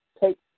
take